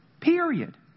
Period